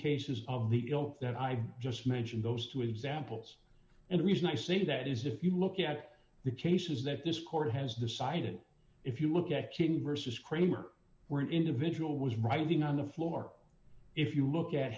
cases of the ilk that i just mentioned those two examples and the reason i say that is if you look at the cases that this court has decided if you look at kin versus kramer where an individual was writing on the floor if you look at